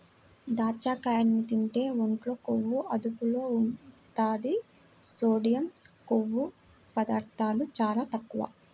దాచ్చకాయల్ని తింటే ఒంట్లో కొవ్వు అదుపులో ఉంటది, సోడియం, కొవ్వు పదార్ధాలు చాలా తక్కువ